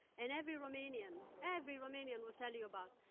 and every romanian every romanian will tell you about.